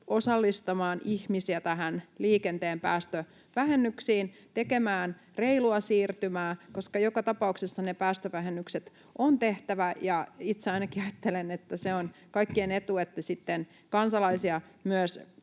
osallistamaan ihmisiä liikenteen päästövähennyksiin tekemään reilua siirtymää, koska joka tapauksessa ne päästövähennykset on tehtävä. Itse ainakin ajattelen, että se on kaikkien etu, että sitten kansalaisia myös